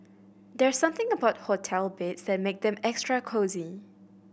there's something about hotel beds that make them extra cosy